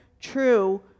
true